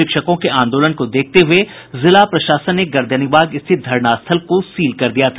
शिक्षकों के आंदोलन को देखते हुए जिला प्रशासन ने गर्दनीबाग स्थित धरना स्थल को सील कर दिया था